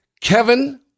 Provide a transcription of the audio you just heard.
kevin